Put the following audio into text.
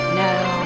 now